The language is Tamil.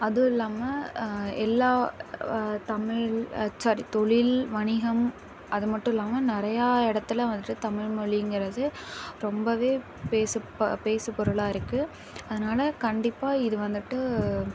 அதுவுல்லாமல் எல்லா தமிழ் ஸாரி தொழில் வணிகம் அது மட்டும் இல்லாமல் நிறையா இடத்துல வந்துவிட்டு தமிழ்மொலிங்கிறது ரொம்பவே பேசு ப பேசுப் பொருளாக இருக்கு அதனால் கண்டிப்பாக இது வந்துவிட்டு